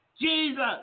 Jesus